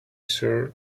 sir